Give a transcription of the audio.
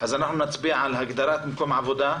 אז אנחנו נצביע על הגדרת מקום עבודה.